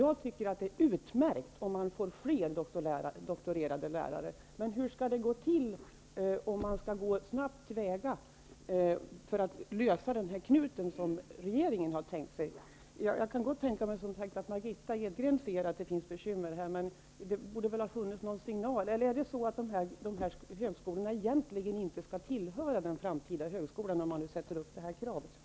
Jag tycker att det är utmärkt om man får fler lärare med doktorsexamen. Men hur skall regeringen snabbt kunna lösa denna knut? Jag kan gott tänka mig att Margitta Edgren ser att det finns bekymmer, men det borde väl ha funnits någon signal. Är det tänkt att dessa högskolor inte skall tillhöra den framtida högskolan? Är det därför man ställer detta krav?